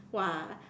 !wah!